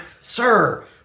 sir